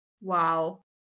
Wow